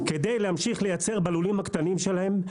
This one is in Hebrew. כדי להמשיך לייצר בלולים הקטנים שלהם.